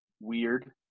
Weird